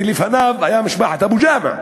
ולפני כן הייתה משפחת אבו ג'אווה,